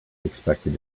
expected